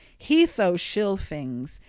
heatho-scilfings,